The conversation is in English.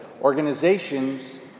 organizations